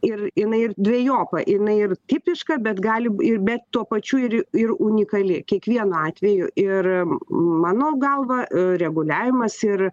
ir jinai ir dvejopa jinai ir tipiška bet gali ir bet tuo pačiu ir ir unikali kiekvienu atveju ir mano galva reguliavimas ir